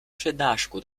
přednášku